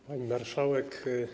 Pani Marszałek!